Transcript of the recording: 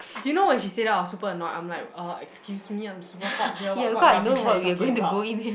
did you know when she said that I was super annoyed I'm like uh excuse me I'm super hot here what what rubbish are you talking about